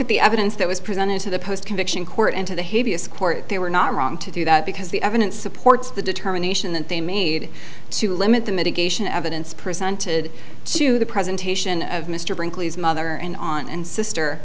at the evidence that was presented to the post conviction court and to the heaviest court they were not wrong to do that because the evidence supports the determination that they made to limit the mitigation evidence presented to the presentation of mr brinkley's mother and aunt and sister